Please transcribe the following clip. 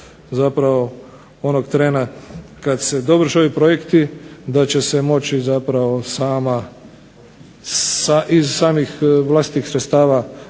da je već onog trena kada se dovrše ovi projekti da će se moći iz samih vlastitih sredstava